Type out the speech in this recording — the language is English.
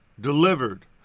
delivered